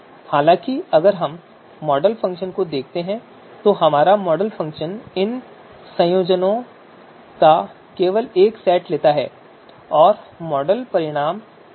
हालांकि अगर हम मॉडल फ़ंक्शन को देखते हैं तो हमारा मॉडल फ़ंक्शन इन संयोजनों का केवल एक सेट लेता है और मॉडल परिणाम उत्पन्न करता है